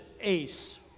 ace